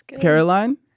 Caroline